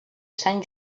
sant